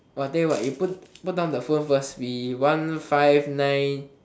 !wah! tell you what you put put down the phone first we one five nine